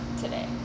today